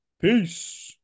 peace